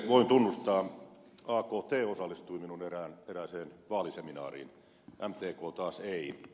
voin tunnustaa akt osallistui minun erääseen vaaliseminaariini mtk taas ei